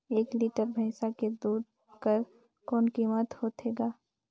एक लीटर भैंसा के दूध कर कौन कीमत होथे ग?